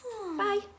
Bye